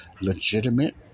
legitimate